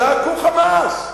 זעקו חמס: